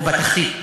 או בתחתית,